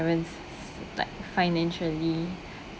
like financially